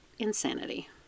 insanity